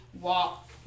walk